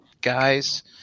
guys